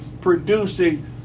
producing